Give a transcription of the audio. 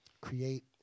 create